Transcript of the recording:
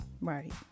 right